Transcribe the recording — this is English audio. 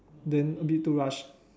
then a bit too rush